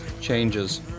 Changes